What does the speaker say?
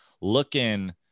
looking